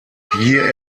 hier